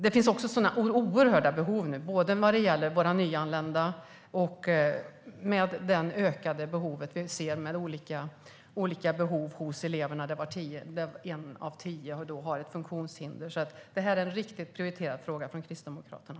Det finns också sådana oerhörda behov nu, både vad gäller våra nyanlända och vad gäller olika behov hos eleverna där en av tio har ett funktionshinder. Det här är en riktigt prioriterad fråga för Kristdemokraterna.